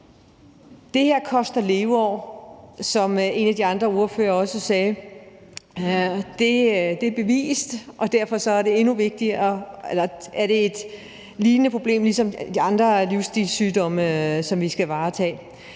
Det her koster leveår, som en af de andre ordførere også sagde, og det er bevist, og derfor er det et problem, som ligner de andre livsstilssygdomme, som vi skal varetage.